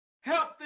Help